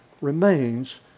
remains